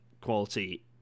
quality